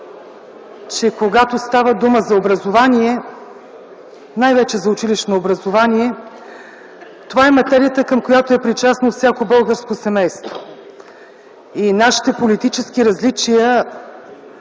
че когато става дума за образование, най-вече за училищно образование, това е материята, към която е причастно всяко българско семейство и нашите политически различия